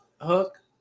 hook